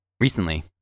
recently